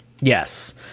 yes